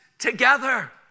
together